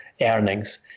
earnings